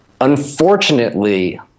Unfortunately